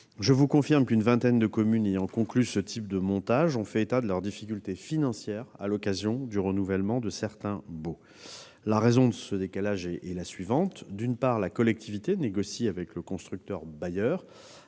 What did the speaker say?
Je vous confirme qu'une vingtaine de communes ayant conclu ce type de montage ont fait état de leurs difficultés financières à l'occasion du renouvellement de certains baux. La raison de ce décalage est la suivante : d'une part, la collectivité négocie avec le constructeur-bailleur